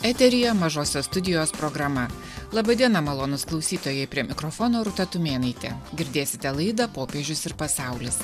eteryje mažosios studijos programa laba diena malonūs klausytojai prie mikrofono rūta tumėnaitė girdėsite laida popiežius ir pasaulis